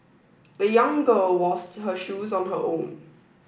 the young girl washed her shoes on her own